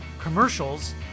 commercials